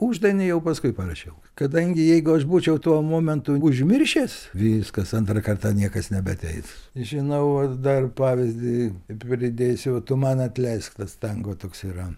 uždainį jau paskui parašiau kadangi jeigu aš būčiau tuo momentu užmiršęs viskas antrą kartą niekas nebeateis žinau aš dar pavyzdį pridėsiu tu man atleisk tas tango toks yra